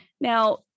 Now